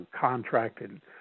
contracted